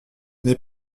n’est